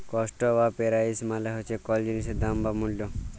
cost বা price মালে হছে কল জিলিসের দাম বা মূল্য